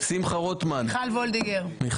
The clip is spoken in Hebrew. שמחה רוטמן, במקומו מיכל וולדיגר.